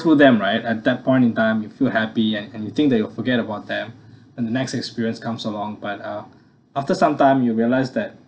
through them right at that point in time you feel happy and and you think that you forget about them and the next experience comes along but uh after some time you realise that